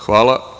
Hvala.